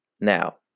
Now